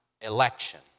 election